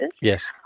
Yes